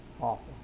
Awful